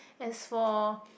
as for